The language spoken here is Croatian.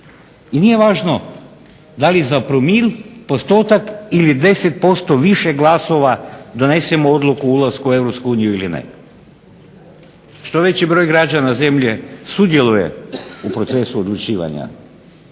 i nije važno za promil, postotak ili za 10% više glasova donesemo odluku o ulasku u Europsku uniju ili ne. Što veći broj građana sudjeluje u procesu odlučivanja